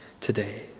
today